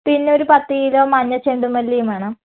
പിന്നൊരു പത്തുകിലോ മഞ്ഞ ചെണ്ടുമല്ലീയും വേണം